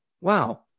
wow